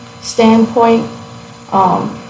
standpoint